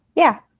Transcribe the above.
yeah.